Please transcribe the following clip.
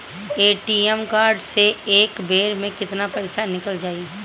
ATM card से एक बेर मे केतना पईसा निकल जाई?